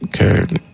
Okay